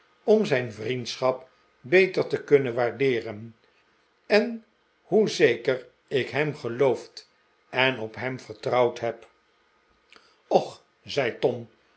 om zijn vriendschap beter te kunnen waardeeren en hoe zeker ik hem geloofd en op hem vertrouwd heb ochl zei tom